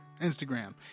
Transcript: Instagram